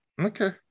Okay